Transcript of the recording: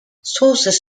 sources